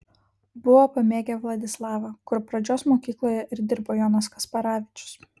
buvo pamėgę vladislavą kur pradžios mokykloje ir dirbo jonas kasparavičius